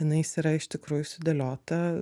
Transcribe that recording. jinai jis yra iš tikrųjų sudėliota